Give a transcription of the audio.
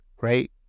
right